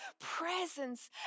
presence